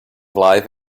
live